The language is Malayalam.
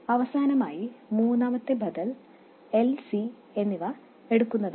അവസാനമായി മൂന്നാമത്തെ ബദൽ L C എന്നിവ എടുക്കുന്നതാണ്